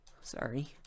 Sorry